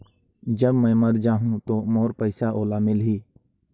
जब मै मर जाहूं तो मोर पइसा ओला मिली?